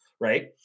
right